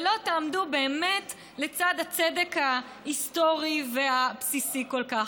ולא תעמדו באמת לצד הצדק ההיסטורי והבסיסי כל כך.